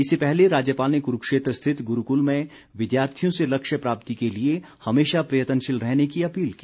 इससे पहले राज्यपाल ने क्रूक्षेत्र स्थित गुरूकुल में विद्यार्थियों से लक्ष्य प्राप्ति के लिए हमेशा प्रयत्नशील रहने की अपील की